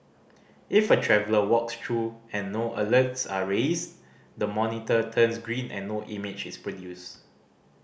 if a traveller walks through and no alerts are raised the monitor turns green and no image is produced